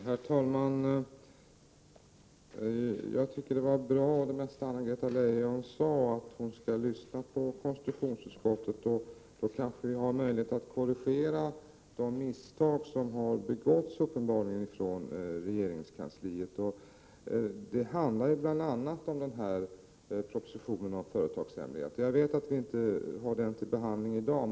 Herr talman! Jag tycker att det mesta av vad Anna-Greta Leijon sade var bra. Hon skall lyssna på konstitutionsutskottet, och då kanske vi har möjlighet att korrigera de misstag som uppenbarligen har begåtts från regeringskansliet. Det gäller ju bl.a. proppositionen om företagshemlighet. Jag vet att vi inte har den till behandling i dag.